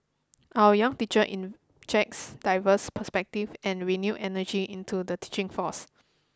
our young teacher injects diverse perspective and renewed energy into the teaching force